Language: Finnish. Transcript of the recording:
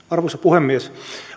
arvoisa puhemies